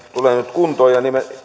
kuntoon ja